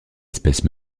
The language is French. espèce